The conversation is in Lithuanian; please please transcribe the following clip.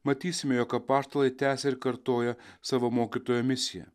matysime jog apaštalai tęsia ir kartoja savo mokytojo misiją